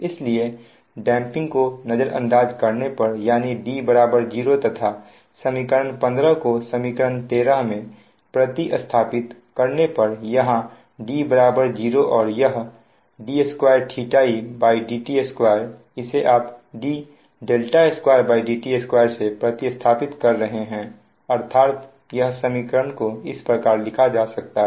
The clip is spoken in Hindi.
इसलिए डैंपिंग को नजरअंदाज करने पर यानी D 0 तथा समीकरण 15 को समीकरण 13 में प्रति स्थापित करने पर यहां D 0 और यह d2edt2 इसे आप d2dt2 से प्रति स्थापित कर रहे हैं अर्थात यह समीकरण को इस प्रकार लिखा जा सकता है